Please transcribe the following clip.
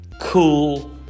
cool